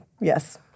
yes